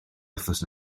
wythnos